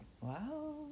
Wow